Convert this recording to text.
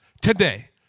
today